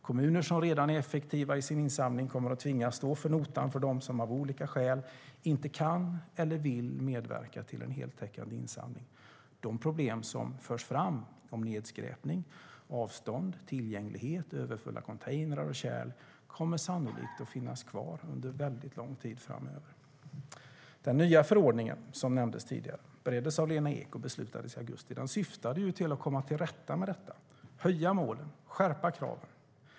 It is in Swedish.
Kommuner som redan är effektiva i sin insamling kommer att tvingas stå för notan för dem som av olika skäl inte kan eller vill medverka till en heltäckande insamling. De problem som finns, med nedskräpning, avstånd, tillgänglighet och överfulla containrar och kärl, kommer sannolikt att finnas kvar under väldigt lång tid framöver. Den nya förordningen, som nämndes tidigare, bereddes av Lena Ek och beslutades i augusti. Den syftade till att komma till rätta med detta, att höja målen och skärpa kraven.